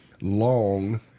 long